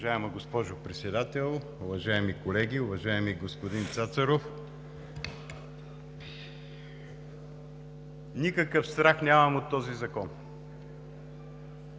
Уважаема госпожо Председател, уважаеми колеги, уважаеми господин Цацаров! Никакъв страх нямам от този закон.